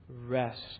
rest